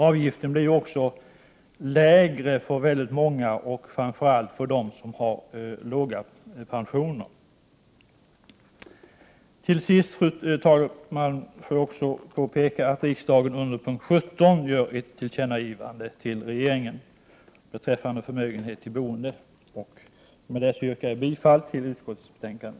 Avgiften blir också lägre för väldigt många, framför allt för dem som har låga pensioner. Fru talman! Till sist vill jag påpeka att riksdagen under punkt 17 gör ett tillkännagivande till regeringen beträffande förmögenhet vid boende. Med det anförda yrkar jag bifall till hemställan i utskottets betänkande.